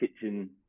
kitchen